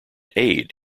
aid